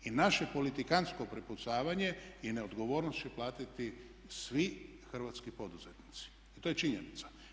I naše politikantsko prepucavanje i neodgovornost će platiti svi hrvatski poduzetnici i to je činjenica.